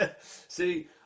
See